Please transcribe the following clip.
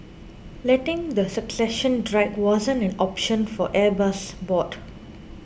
letting the succession drag wasn't an option for Airbus's board